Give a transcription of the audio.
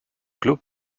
club